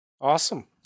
Awesome